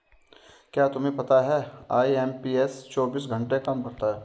क्या तुम्हें पता है आई.एम.पी.एस चौबीस घंटे काम करता है